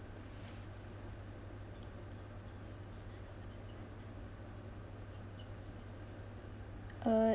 uh